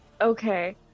Okay